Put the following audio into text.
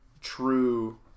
true